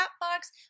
box